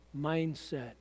mindset